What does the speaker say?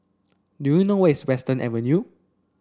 do you know where is Western Avenue